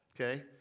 Okay